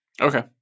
okay